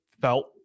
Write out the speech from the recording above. felt